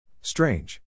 Strange